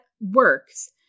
works